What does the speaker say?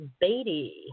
Beatty